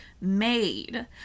made